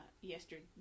yesterday